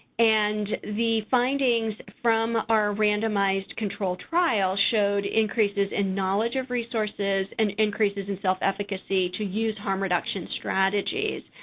and the findings from our randomized control trial showed increases in knowledge of resources and increases in self-efficacy to use harm reduction strategies,